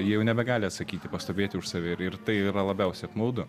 jie jau nebegali atsakyti pastovėti už save ir ir tai yra labiausiai apmaudu